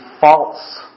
false